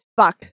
fuck